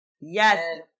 yes